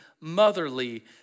motherly